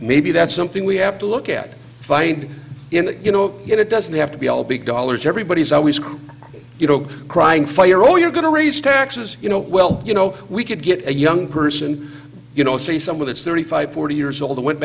maybe that's something we have to look at find in the you know it doesn't have to be all big dollars everybody's always you know crying fire or you're going to raise taxes you know well you know we could get a young person you know see some of it's thirty five forty years old went